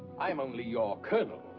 i'm only your colonel.